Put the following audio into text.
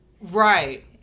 Right